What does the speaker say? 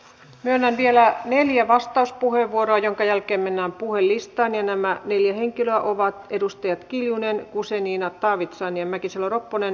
myönnän vielä neljä vastauspuheenvuoroa minkä jälkeen mennään puhujalistaan ja nämä neljä henkilöä ovat edustajat kiljunen guzenina taavitsainen ja mäkisalo ropponen